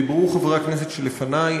דיברו חברי הכנסת שלפני,